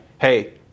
hey